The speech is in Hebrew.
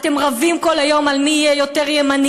אתם רבים כל היום על מי יהיה יותר ימני,